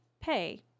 pay